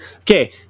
Okay